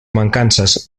mancances